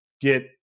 get